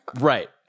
Right